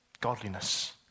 Godliness